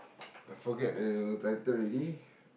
I forget the tittle already